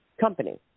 company